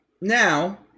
now